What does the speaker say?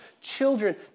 children